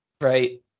right